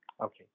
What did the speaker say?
Okay